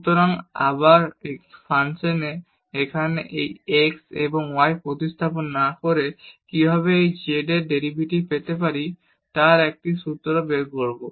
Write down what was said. সুতরাং আমরা এই ফাংশনে এখানে এই x এবং y প্রতিস্থাপন না করে কিভাবে এই z এর ডেরিভেটিভ পেতে পারি তার একটি সূত্র বের করব